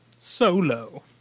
Solo